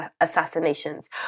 assassinations